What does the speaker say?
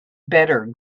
better